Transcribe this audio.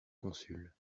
consul